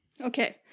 okay